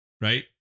right